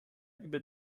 über